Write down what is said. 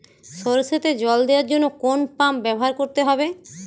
সরষেতে জল দেওয়ার জন্য কোন পাম্প ব্যবহার করতে হবে?